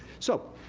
so,